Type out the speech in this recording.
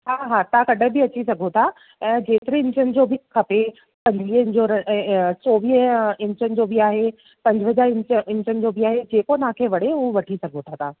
हा हा तव्हां कॾहिं बि अची सघो था ऐं जेतिरी इंचनि जो बि खपे पंजवीहनि जो या चोवीह इंचनि जो बि आहे पंजवंजाह इंचनि जो बि आहे जेको तव्हांखे वणे उहो वठी सघो था तव्हां